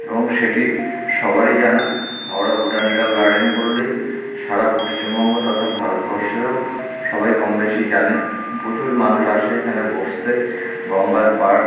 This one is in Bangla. এবং সেটি সবারই জানা হাওড়া বোটানিকাল গার্ডেন বললেই সারা পশ্চিমবঙ্গ তথা ভারতবর্ষেরও সবাই কম বেশি জানে প্রচুর মানুষ আসে এখানে বসতে গঙ্গার পার্ক